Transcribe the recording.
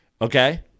Okay